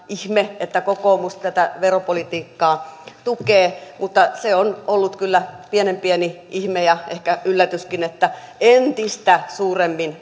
ihme että kokoomus tätä veropolitiikkaa tukee mutta se on ollut kyllä pienen pieni ihme ja ehkä yllätyskin että entistä suuremmin